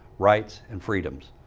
rights and freedoms.